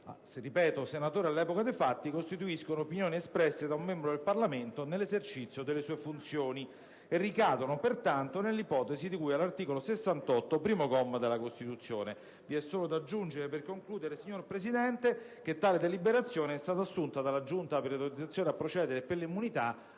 Guzzanti, senatore all'epoca dei fatti, costituiscono opinioni espresse da un membro del Parlamento nell'esercizio delle sue funzioni e ricadono, pertanto, nell'ipotesi di cui all'articolo 68, primo comma, della Costituzione. Vi è solo da aggiungere, per concludere, signor Presidente, che tale deliberazione è stata assunta dalla Giunta delle elezioni e delle immunità